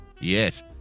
Yes